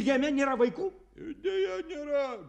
jame nėra vaikų ir